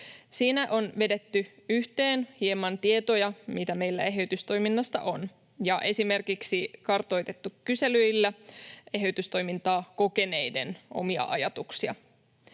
Siinä on vedetty hieman yhteen tietoja, mitä meillä eheytystoiminnasta on, ja esimerkiksi kartoitettu kyselyillä eheytystoimintaa kokeneiden omia ajatuksia.